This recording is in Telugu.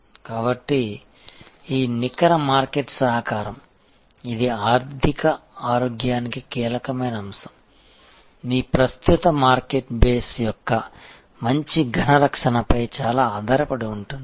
కాబట్టి ఈ నికర మార్కెట్ సహకారం ఇది ఆర్థిక ఆరోగ్యానికి కీలకమైన అంశం మీ ప్రస్తుత మార్కెట్ బేస్ యొక్క మంచి ఘన రక్షణపై చాలా ఆధారపడి ఉంటుంది